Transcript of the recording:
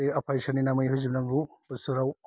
बे आफा इसोरनि नामै होजोबनांगौ बोसोराव